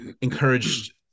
encouraged